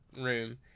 room